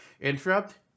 Interrupt